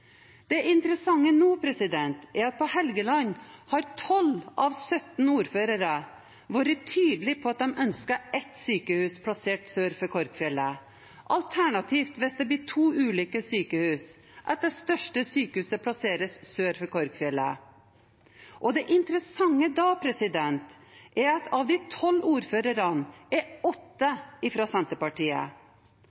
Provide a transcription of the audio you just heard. Det interessante nå er at på Helgeland har 12 av 17 ordførere vært tydelige på at de ønsker ett sykehus plassert sør for Korgfjellet – alternativt, hvis det blir to ulike sykehus, at det største sykehuset plasseres sør for Korgfjellet. Det interessante da er at av de 12 ordførerne er